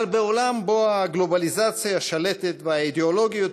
אבל בעולם שבו הגלובליזציה היא השלטת ואידיאולוגיות